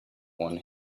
won